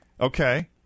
Okay